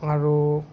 আৰু